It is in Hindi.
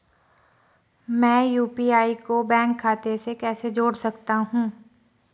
मैं यू.पी.आई को बैंक खाते से कैसे जोड़ सकता हूँ?